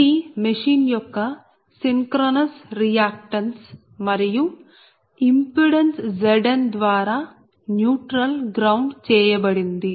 ఇది మెషిన్ యొక్క synchronous reactance మరియు ఇంపిడెన్స్ Zn ద్వారా న్యూట్రల్ గ్రౌండ్ చేయబడింది